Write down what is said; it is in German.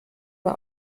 nur